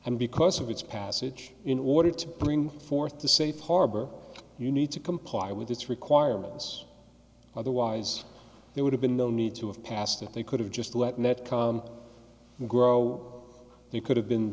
and because of its passage in order to bring forth the safe harbor you need to comply with its requirements otherwise there would have been no need to have passed it they could have just let net com grow you could have been